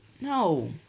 No